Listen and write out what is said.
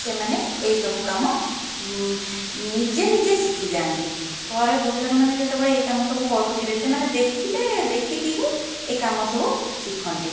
ସେମାନେ ଏଇସବୁ କାମ ନିଜେ ନିଜେ ଶିଖିଯାଆନ୍ତି ଘରେ ଗୁରୁଜନ ମାନେ ଯେତେବେଳେ ଏଇ କାମ ସବୁ କରୁଥିବେ ସେମାନେ ଦେଖିଲେ ଦେଖିକି ହିଁ ଏ କାମ ସବୁ ଶିଖନ୍ତି